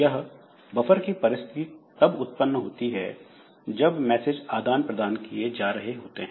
यह बफर की परिस्थिति तब उत्पन्न होती है जब मैसेज आदान प्रदान किए जा रहे होते हैं